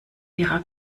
ihrer